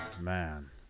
man